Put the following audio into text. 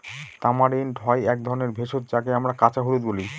tamarind হয় এক ধরনের ভেষজ যাকে আমরা কাঁচা হলুদ বলি